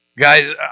Guys